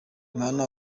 mama